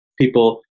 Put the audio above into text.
people